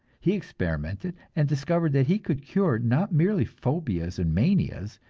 he experimented and discovered that he could cure not merely phobias and manias,